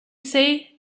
say